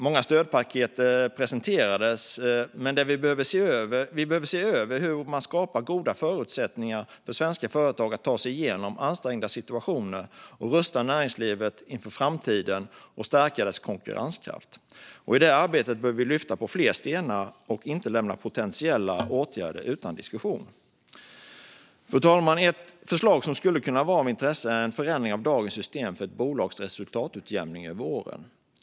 Många stödpaket presenterades, men vi behöver se över hur man skapar goda förutsättningar för svenska företag att ta sig igenom ansträngda situationer. Det handlar om att rusta näringslivet inför framtiden och stärka dess konkurrenskraft. I det arbetet behöver vi lyfta på flera stenar och inte lämna potentiella åtgärder utan diskussion. Fru talman! Ett förslag som skulle kunna vara av intresse är en förändring av dagens system för ett bolags resultatutjämning över åren.